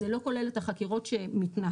זה לא כולל את החקירות שמתנהלות,